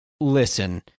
listen